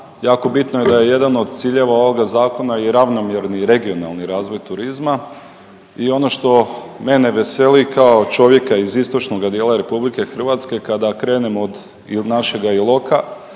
jako bitno je da je jedna od ciljeva ovog Zakona i ravnomjerni i regionalni razvoj turizma i ono što mene veseli kao čovjeka iz istočnoga dijela RH kada krenemo od i od našega Iloka